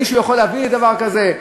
מישהו יכול להביא לדבר כזה?